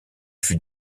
fut